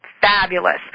fabulous